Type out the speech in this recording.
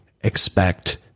expect